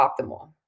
optimal